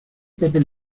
papel